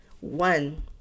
One